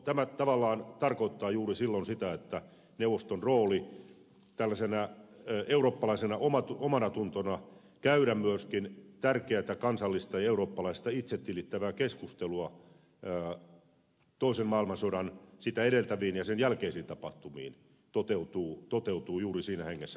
tämä tavallaan tarkoittaa juuri silloin sitä että neuvoston rooli eurooppalaisena omanatuntona joka käy myöskin tärkeätä kansallista ja eurooppalaista itsetilittävää keskustelua toisen maailmansodan ja sitä edeltäviin ja sen jälkeisiin tapahtumiin toteutuu juuri siinä hengessä kuin tuleekin